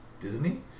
Disney